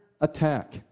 attack